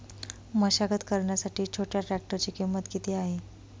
मशागत करण्यासाठी छोट्या ट्रॅक्टरची किंमत किती आहे?